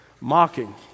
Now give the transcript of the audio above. Mocking